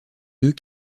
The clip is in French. deux